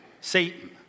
Satan